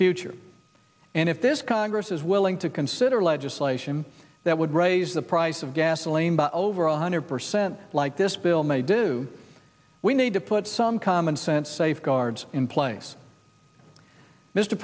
future and if this congress is willing to consider legislation that would raise the price of gasoline but over a hundred percent like this bill may do we need to put some commonsense safeguards in place mr